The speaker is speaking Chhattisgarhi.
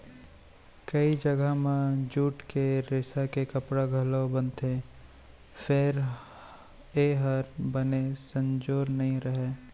कइ जघा म जूट के रेसा के कपड़ा घलौ बनथे फेर ए हर बने संजोर नइ रहय